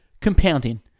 Compounding